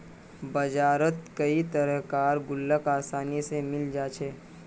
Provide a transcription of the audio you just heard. बजारत कई तरह कार गुल्लक आसानी से मिले जा छे